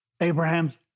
abraham's